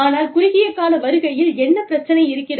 ஆனால் குறுகிய கால வருகையில் என்ன பிரச்சனை இருக்கிறது